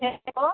hello